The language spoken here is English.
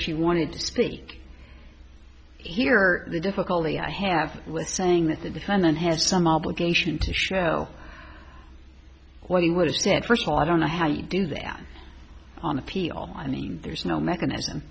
she wanted to speak here the difficulty i have with saying that the defendant has some obligation to show what he would say at first i don't know how you do that on appeal i mean there's no mechanism